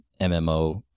MMO